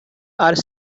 are